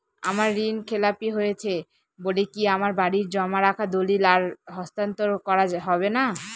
আমার ঋণ খেলাপি হয়েছে বলে কি আমার বাড়ির জমা রাখা দলিল আর হস্তান্তর করা হবে না?